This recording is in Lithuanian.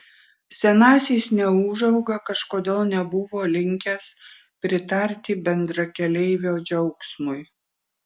senasis neūžauga kažkodėl nebuvo linkęs pritarti bendrakeleivio džiaugsmui